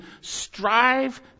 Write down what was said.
strive